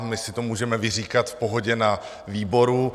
My si to můžeme vyříkat v pohodě na výboru.